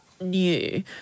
new